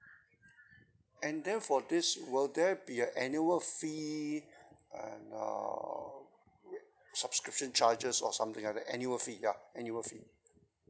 and then for this will there be a annual fee and uh subscription charges or something like the annual fee ya annual fee